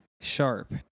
sharp